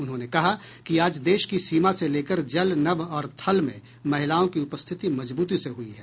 उन्होंने कहा कि आज देश की सीमा से लेकर जलनभ और थल में महिलाओं की उपस्थिति मजबूती से हुई है